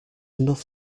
enough